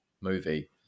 movie